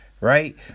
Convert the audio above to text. right